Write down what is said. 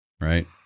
right